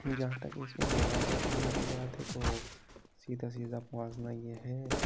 جہاں تک اس میں موازنہ کرنے کی بات ہے تو سیدھا سیدھا موازنہ یہ ہے